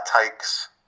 takes